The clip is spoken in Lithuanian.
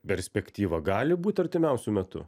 perspektyva gali būti artimiausiu metu